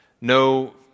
no